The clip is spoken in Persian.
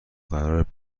قراره